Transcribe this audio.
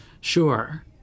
Sure